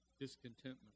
discontentment